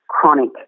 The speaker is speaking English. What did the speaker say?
chronic